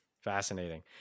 Fascinating